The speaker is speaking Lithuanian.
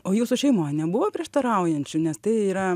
o jūsų šeimoj nebuvo prieštaraujančių nes tai yra